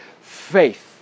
faith